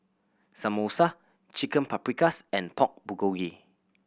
Samosa Chicken Paprikas and Pork Bulgogi